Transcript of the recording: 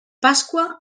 pasqua